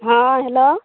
हॅं हेलो